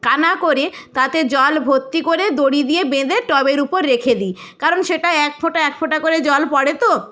কানা করে তাতে জল ভর্তি করে দড়ি দিয়ে বেঁধে টবের উপর রেখে দিই কারণ সেটা এক ফোঁটা এক ফোঁটা করে জল পড়ে তো